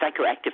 psychoactive